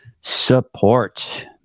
support